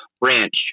branch